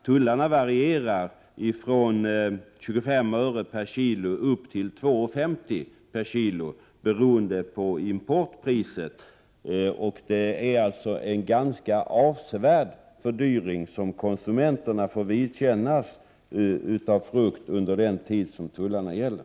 Tullarna varierar från 25 öre per kilo och upp till 2:50 per kilo, beroende på importpriset. Det är således en ganska avsevärd fördyring av frukten som konsumenterna får vidkännas under den tid som tullarna gäller.